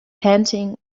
panting